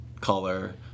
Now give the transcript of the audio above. color